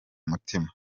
mutima